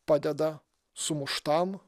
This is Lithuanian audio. padeda sumuštam